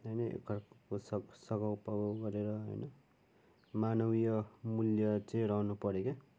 यही नै एकाअर्काको सघा सघाउपघाउ गरेर होइन मानवीय मूल्य चाहिँ रहनुपऱ्यो के